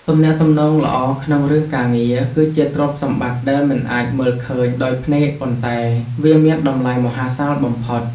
ទំនាក់ទំនងល្អក្នុងរឿងការងារ គឺជាទ្រព្យសម្បត្តិដែលមិនអាចមើលឃើញដោយភ្នែកប៉ុន្តែវាមានតម្លៃមហាសាលបំផុត។